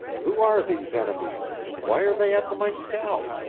who are these enemies, and why are they after my scalp?